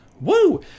Woo